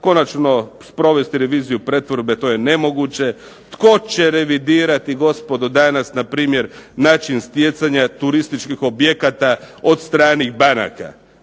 Konačno sprovesti reviziju pretvorbe to je nemoguće. Tko će revidirati, gospodo, danas npr. način stjecanja turističkih objekata od stranih banaka?